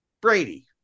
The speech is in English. Brady